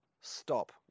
stop